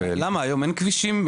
למה, היום אין כבישים?